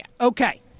Okay